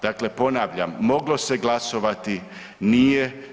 Dakle, ponavljam moglo se glasovati nije.